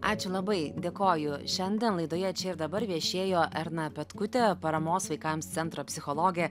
ačiū labai dėkoju šiandien laidoje čia ir dabar viešėjo erna petkutė paramos vaikams centro psichologė